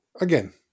again